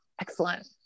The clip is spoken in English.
excellent